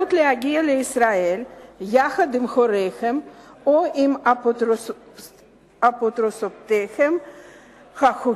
אפשרות להגיע לישראל יחד עם הוריהם או עם אפוטרופוסם החוקי,